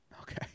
Okay